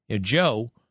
Joe